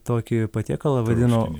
tokį patiekalą vadino